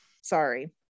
Sorry